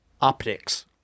optics